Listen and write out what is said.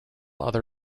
other